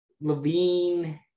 Levine